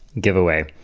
giveaway